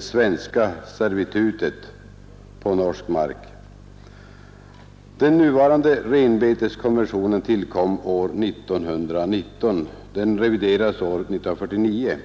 ”svenska servitutet” på norsk mark. Den nuvarande renbeteskonventionen tillkom år 1919. Den reviderades år 1949.